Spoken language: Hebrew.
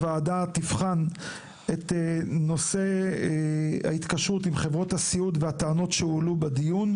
הוועדה תבחן את נושא ההתקשרות עם חברות הסיעוד ואת הטענות שהועלו בדיון,